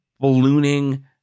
ballooning